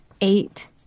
eight